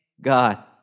God